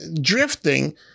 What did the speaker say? drifting